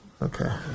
Okay